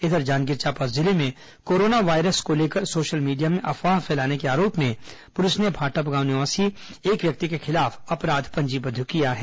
इधर जांजगीर चांपा जिले में कोरोना वायरस को लेकर सोशल मीडिया में अफवाह फैलाने के आरोप में पुलिस ने भाटागांव निवासी एक व्यक्ति के खिलाफ अपराध पंजीबद्ध किया है